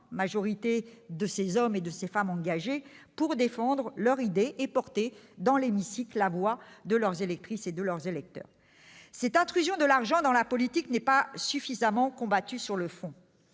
majorité de ces hommes et de ces femmes engagés pour défendre leurs idées et porter dans l'hémicycle la voix de leurs électrices et de leurs électeurs. Cette intrusion de l'argent dans la politique n'est pas suffisamment combattue sur le fond